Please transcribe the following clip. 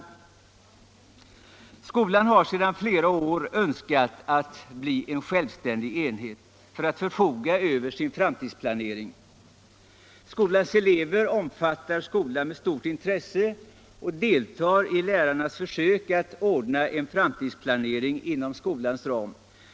19 mars 1975 Skolan har sedan flera år önskat bli en självständig enhet för att kunna I förfoga över sin framtidsplanering. Skolans elever omfattar skolan med = Anslag till vuxenutstort intresse och deltar i lärarnas försök att ordna en framtidsplanering = bildning inom skolans ram.